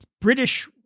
British